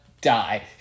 die